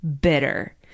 bitter